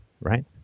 right